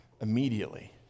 immediately